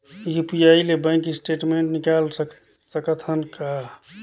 UPI ले bank statement निकाल सकत हवं का?